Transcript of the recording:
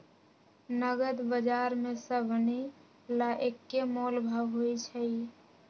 नगद बजार में सभनि ला एक्के मोलभाव होई छई